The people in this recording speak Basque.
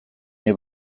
nahi